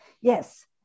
Yes